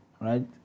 right